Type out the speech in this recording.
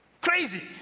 Crazy